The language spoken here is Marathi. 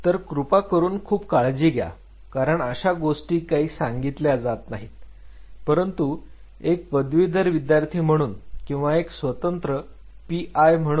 तर कृपा करुन खूप काळजी घ्या कारण अशा गोष्टी काही सांगितल्या जात नाहीत परंतु एक पदवीधर विद्यार्थी म्हणून किंवा एक स्वतंत्र पी आय P